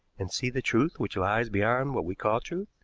and see the truth which lies behind what we call truth?